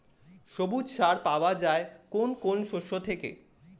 সবুজ সার পাওয়া যায় কোন কোন শস্য থেকে?